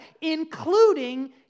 including